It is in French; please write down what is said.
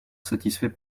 satisfait